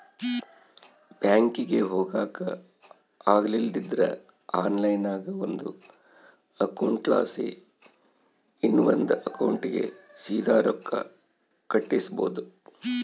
ಬ್ಯಾಂಕಿಗೆ ಹೊಗಾಕ ಆಗಲಿಲ್ದ್ರ ಆನ್ಲೈನ್ನಾಗ ಒಂದು ಅಕೌಂಟ್ಲಾಸಿ ಇನವಂದ್ ಅಕೌಂಟಿಗೆ ಸೀದಾ ರೊಕ್ಕ ಕಳಿಸ್ಬೋದು